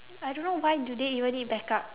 I don't know why do they even need backup